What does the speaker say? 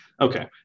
Okay